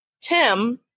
Tim